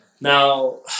Now